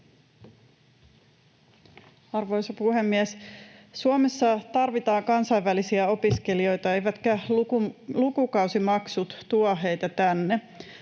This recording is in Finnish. Arvoisa puhemies! Suomessa tarvitaan kansainvälisiä opiskelijoita, eivätkä lukukausimaksut tuo heitä tänne.